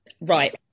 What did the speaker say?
Right